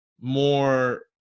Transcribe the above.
more